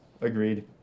Agreed